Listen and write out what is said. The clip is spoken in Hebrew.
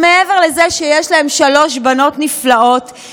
שמעבר לזה שיש להם שלוש בנות נפלאות,